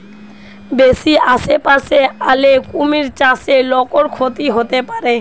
বেশি আশেপাশে আলে কুমির চাষে লোকর ক্ষতি হতে পারে